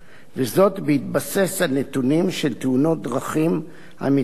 וזאת בהתבסס על נתונים על תאונות דרכים המתקבלים